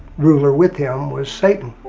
ruler with him was satan.